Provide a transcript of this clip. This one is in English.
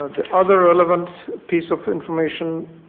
the other relevant piece of information